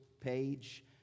page